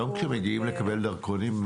כשמגיעים היום לקבלת דרכונים,